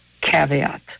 caveat